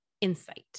insight